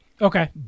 Okay